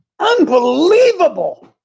Unbelievable